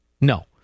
No